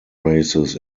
races